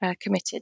committed